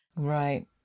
Right